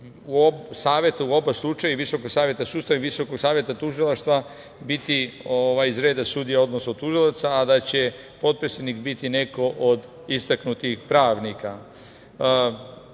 u oba slučaja i Visokog saveta sudstva i Visokog saveta tužilaca, biti iz reda sudija, odnosno tužilaca, a da će potpredsednik biti neko od istaknutih pravnika.